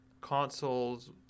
consoles